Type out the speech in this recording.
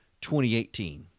2018